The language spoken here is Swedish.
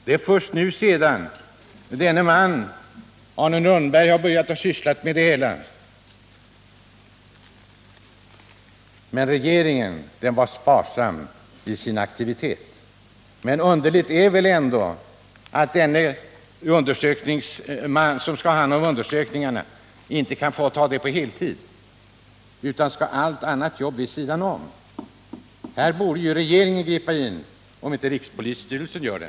Det är först nu sedan denne man, Arne Rönnberg, börjat syssla med det hela som det händer någonting. Regeringen har varit sparsam med sin aktivitet. Och det är väl ändå underligt att den man som skall ha hand om undersökningarna inte kan få göra det på heltid utan skall ha allt annat jobb vid sidan om. Här borde regeringen gripa in, om inte rikspolisstyrelsen gör det.